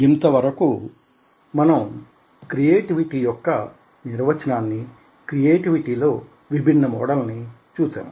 ఇంతవరకు మనం క్రియేటివిటీ యొక్క నిర్వచనాన్ని క్రియేటివిటీ లో విభిన్న మోడల్స్ ని చూసాము